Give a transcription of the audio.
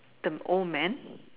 the old man